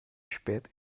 spät